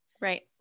Right